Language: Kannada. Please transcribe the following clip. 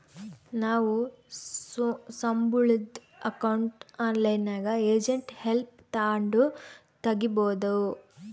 ನಾವು ಸಂಬುಳುದ್ ಅಕೌಂಟ್ನ ಆನ್ಲೈನ್ನಾಗೆ ಏಜೆಂಟ್ ಹೆಲ್ಪ್ ತಾಂಡು ತಗೀಬೋದು